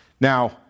Now